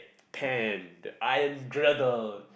pan iron